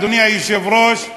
אדוני היושב-ראש,